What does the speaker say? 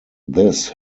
this